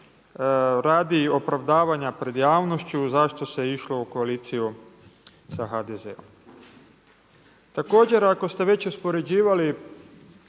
radi opravdavanja pred javnošću zašto se išlo u koaliciju sa HDZ-om. Također ako ste već uspoređivali